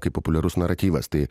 jo kaip populiarus naratyvas tai